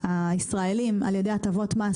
כמה שיותר מהר אנחנו רוצים לראות אותם פה.